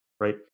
right